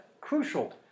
crucial